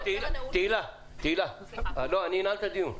--- תהלה, אני אנעל את הדיון.